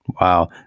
Wow